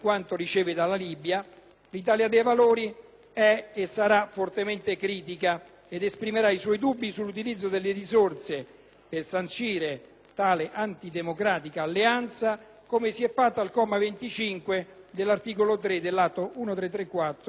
l'Italia dei Valori è e sarà fortemente critica ed esprimerà i suoi dubbi sull'utilizzo di risorse per sancire tale antidemocratica alleanza, come si è fatto al comma 25 dell'articolo 3 dell'Atto Senato n. 1334 oggi in esame.